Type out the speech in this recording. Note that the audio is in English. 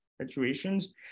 situations